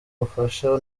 bufasha